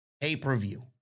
pay-per-view